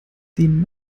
den